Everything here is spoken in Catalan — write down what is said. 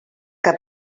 que